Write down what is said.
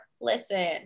listen